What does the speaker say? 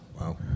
Wow